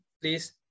please